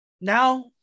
now